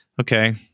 okay